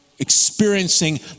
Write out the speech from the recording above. Experiencing